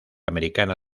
americana